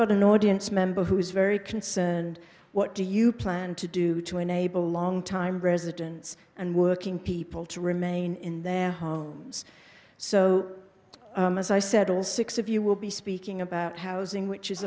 got an audience member who is very concerned what do you plan to do to enable long time residents and working people to remain in their homes so as i said all six of you will be speaking about housing which is